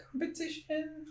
competition